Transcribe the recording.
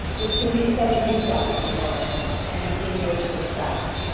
this can be said of you, dr. navarro, and in your success.